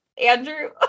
Andrew